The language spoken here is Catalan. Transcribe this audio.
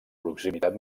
proximitat